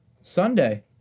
Sunday